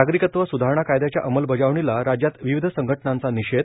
नागरिकत्व सुधारणा कायदयाच्या अंमलबजावणीला राज्यात विविध संघटनांचा निषेध